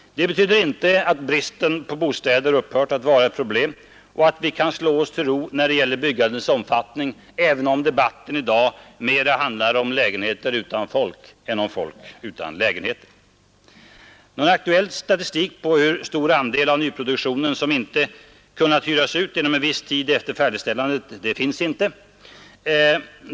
Det betyder inte att bristen på bostäder upphört att vara ett problem och att vi kan slå oss till ro när det gäller byggandets omfattning, även om debatten i dag mera handlar om lägenheter utan folk än om folk utan lägenheter. Någon aktuell statistik på hur stor andel av nyproduktionen som inte kunnat hyras ut inom viss tid från färdigställandet finns inte.